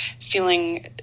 feeling